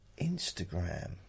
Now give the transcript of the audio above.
Instagram